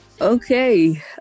Okay